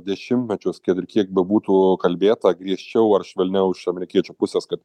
dešimtmečius kad ir kiek bebūtų kalbėta griežčiau ar švelniau iš amerikiečių pusės kad